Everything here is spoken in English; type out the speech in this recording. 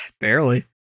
Barely